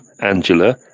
Angela